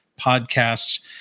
podcasts